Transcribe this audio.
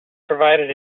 provided